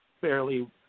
fairly